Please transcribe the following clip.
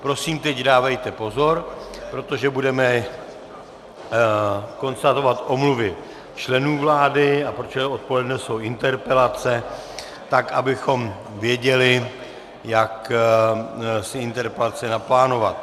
Prosím, teď dávejte pozor, protože budeme konstatovat omluvy členů vlády, a protože odpoledne jsou interpelace, tak abychom věděli, jak si interpelace naplánovat.